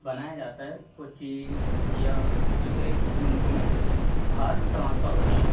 بنایا جاتا ہے وہ چین یا دوسرے ملکوں میں باہر ٹرانسفر ہوتا ہے